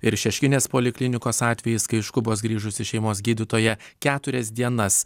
ir šeškinės poliklinikos atvejis kai iš kubos grįžusi šeimos gydytoja keturias dienas